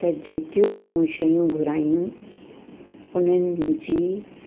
त जेकियूं बि मूं शयूं घुरायूं उन्हनि मुंहिंजी